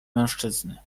mężczyzny